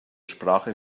sprache